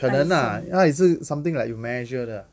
可能啊他也是 something like 有 measure 的